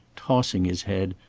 tossing his head,